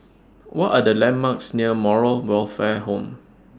What Are The landmarks near Moral Welfare Home